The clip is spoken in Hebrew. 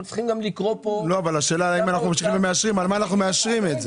השאלה, מה אנחנו מאשרים?